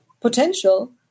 potential